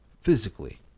physically